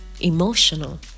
emotional